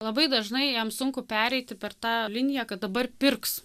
labai dažnai jam sunku pereiti per tą liniją kad dabar pirks